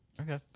Okay